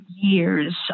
years